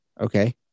Okay